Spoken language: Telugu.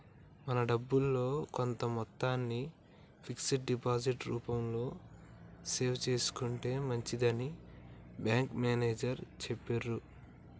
మన డబ్బుల్లో కొంత మొత్తాన్ని ఫిక్స్డ్ డిపాజిట్ రూపంలో సేవ్ చేసుకుంటే మంచిదని బ్యాంకు మేనేజరు చెప్పిర్రు